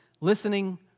Listening